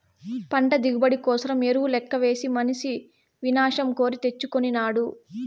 పంట దిగుబడి కోసరం ఎరువు లెక్కవేసి మనిసి వినాశం కోరి తెచ్చుకొనినాడు